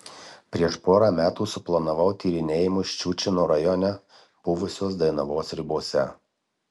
prieš porą metų suplanavau tyrinėjimus ščiučino rajone buvusios dainavos ribose